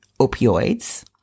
opioids